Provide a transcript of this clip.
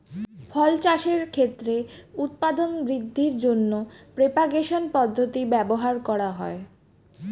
ফল চাষের ক্ষেত্রে উৎপাদন বৃদ্ধির জন্য প্রপাগেশন পদ্ধতি ব্যবহার করা হয়